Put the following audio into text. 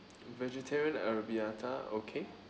vegetarian arrabiata okay